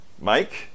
Mike